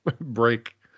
break